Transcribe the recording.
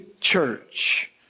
church